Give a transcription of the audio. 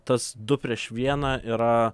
tas du prieš vieną yra